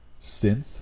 synth